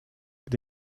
gdy